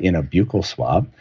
in a buccal swab,